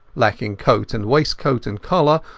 lacking coat and waistcoat and collar,